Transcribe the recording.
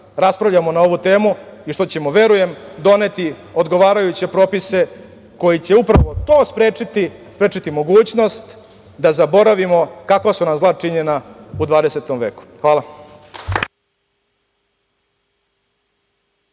raspravljamo na ovu temu i što ćemo, verujem, doneti odgovarajuće propise koji će upravo to sprečiti, sprečiti mogućnost da zaboravimo kakva su nam zla činjena u 20. veku. Hvala.